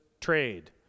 trade